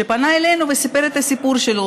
שפנה אלינו וסיפר את הסיפור שלו.